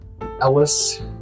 Ellis